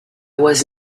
was